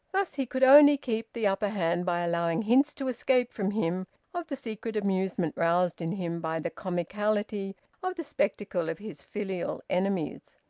thus he could only keep the upper hand by allowing hints to escape from him of the secret amusement roused in him by the comicality of the spectacle of his filial enemies.